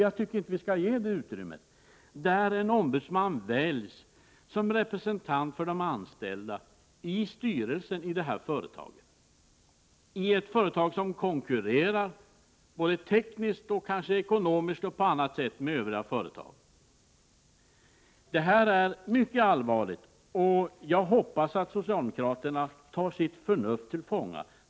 Jag tycker inte att vi skall ge sådana möjligheter att en ombudsman kan väljas in som arbetstagarrepresentant i styrelserna för företag som konkurrerar kanske både tekniskt och ekonomiskt och på annat sätt med varandra. Det här är mycket allvarligt, och jag hoppas att socialdemokraterna tar sitt förnuft till fånga.